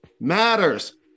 matters